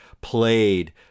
played